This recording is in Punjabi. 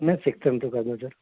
ਮੈਂ ਸਿੱਕਮ ਤੋਂ ਕਰਦਾ ਸਰ